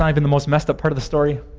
i mean the most messed up part of the story.